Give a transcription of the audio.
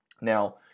Now